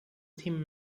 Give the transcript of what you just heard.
team